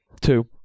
Two